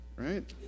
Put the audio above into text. Right